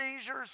seizures